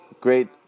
Great